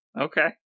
Okay